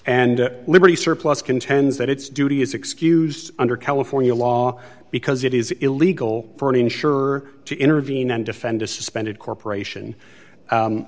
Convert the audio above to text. and liberty surplus contends that it's duty is excused under california law because it is illegal for an insurer to intervene and defend a suspended corporation